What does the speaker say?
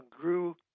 grew